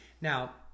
Now